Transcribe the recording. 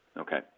Okay